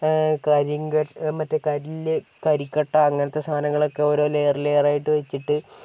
കരിങ്ക മറ്റേ കല്ല് കരിക്കട്ട അങ്ങനത്തെ സാധനങ്ങളൊക്കെ ഓരോ ലയർ ലയർ ആയിട്ട് വെച്ചിട്ട്